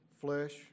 flesh